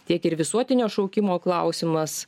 tiek ir visuotinio šaukimo klausimas